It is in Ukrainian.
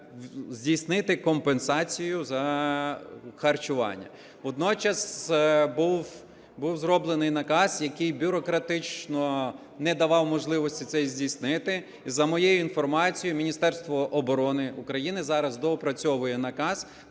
здійснити компенсацію за харчування. Водночас був зроблений наказ, який бюрократично не давав можливості це здійснити. І, за моєю інформацією, Міністерство оборони України зараз доопрацьовує наказ